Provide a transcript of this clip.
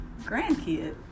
grandkid